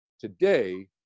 today